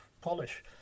polish